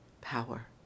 power